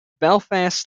belfast